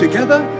Together